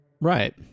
Right